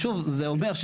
אז אני אומר,